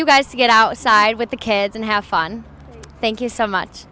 you guys to get outside with the kids and have fun thank you so much